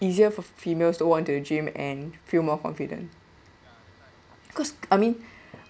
easier for females walk into the gym and feel more confident because I mean